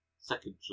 second